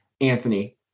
Anthony